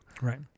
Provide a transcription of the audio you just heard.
Right